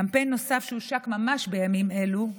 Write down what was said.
קמפיין נוסף שהושק ממש בימים אלו,